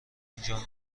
اینجا